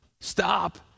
stop